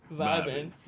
vibing